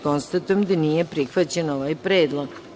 Konstatujem da nije prihvaćen ovaj predlog.